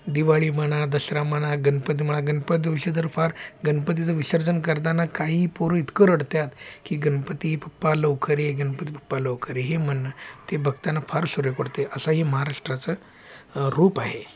दिवाळी म्हणा दसरा म्हणा गणपती म्हणा गणपती दिवशी तर फार गणपतीचं विसर्जन करताना काही पोरं इतकं रडतात की गणपती बाप्पा लवकर ये गणपती बाप्पा लवकर ये हे म्हणणं ते बघताना फार सुरेख वाटतं आहे असं हे महाराष्ट्राचं रूप आहे